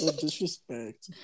disrespect